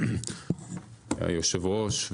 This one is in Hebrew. אדוני היושב-ראש,